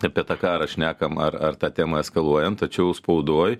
apie tą karą šnekam ar ar tą temą eskaluojam tačiau spaudoj